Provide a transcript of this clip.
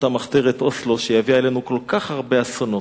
אותה מחתרת אוסלו שהביאה לנו כל כך הרבה אסונות,